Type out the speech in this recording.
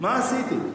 מה עשיתם?